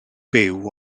byw